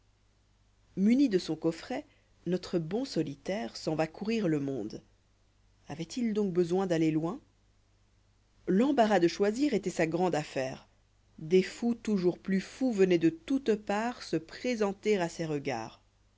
muni de son coffret notre bon solitaire s'en va courir le monde avoit-il donc besoin d'aller loin l'embarras de choisir étoit sa grande affaire des fous toujours plus fous venoiènt de toutes parts se présenter à ses regards